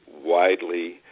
widely